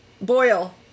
Boil